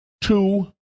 Two